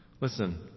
Listen